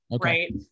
Right